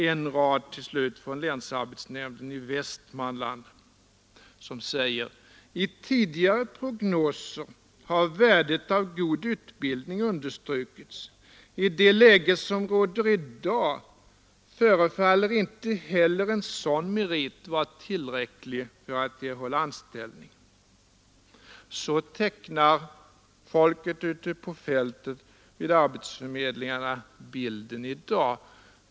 En rad till slut från länsarbetsnämnden i Västmanland: I tidigare prognoser har värdet av god utbildning understrukits. I det läge som råder i dag förefaller inte heller en sådan merit vara tillräcklig för att erhålla anställning. Så tecknar folket ute på fältet vid arbetsförmedlingarna bilden i dag.